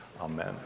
Amen